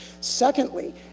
Secondly